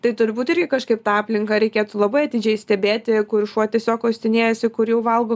tai turbūt irgi kažkaip tą aplinką reikėtų labai atidžiai stebėti kur šuo tiesiog uostinėjasi kur jau valgo